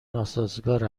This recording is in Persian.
ناسازگار